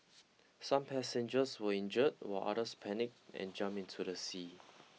some passengers were injured while others panicked and jumped into the sea